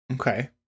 Okay